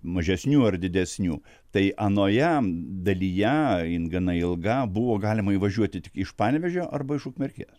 mažesnių ar didesnių tai anoje dalyje jin gana ilga buvo galima įvažiuoti tik iš panevėžio arba iš ukmergės